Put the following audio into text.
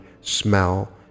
smell